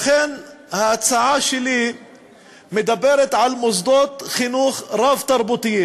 לכן ההצעה שלי מדברת על מוסדות חינוך רב-תרבותיים,